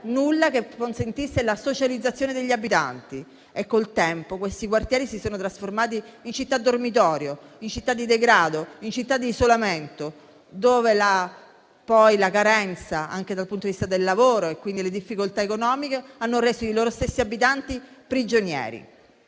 nulla che consentisse la socializzazione degli abitanti? Con il tempo questi quartieri si sono trasformati in città dormitorio, in città di degrado e di isolamento, dove la carenza, anche dal punto di vista del lavoro, e le difficoltà economiche hanno reso i loro stessi abitanti prigionieri.